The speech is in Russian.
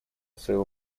своего